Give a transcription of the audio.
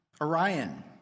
Orion